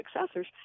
successors